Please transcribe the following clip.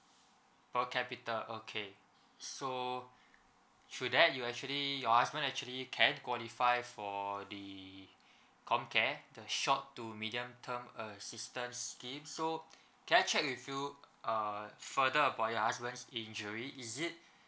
per capita okay so should that you actually your husband actually can qualify for the comcare the short to medium term assistance scheme so can I check with you uh further about your husband's injury is it